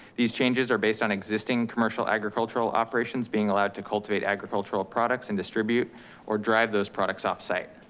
these changes are based on existing commercial, agricultural operations being allowed to cultivate agricultural products and distribute or drive those products off site.